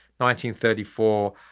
1934